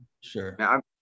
sure